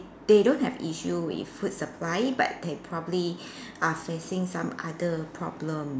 they don't have issue with food supply but they probably are facing some other problem